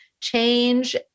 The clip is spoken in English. change